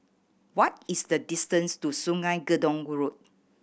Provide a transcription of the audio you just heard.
what is the distance to Sungei Gedong Road